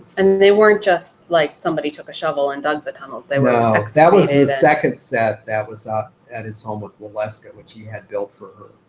and they weren't just like somebody took a shovel and dug the tunnels, they were ah that was the second set that was ah at his home with wellesca, which he had built for her.